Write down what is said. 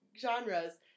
genres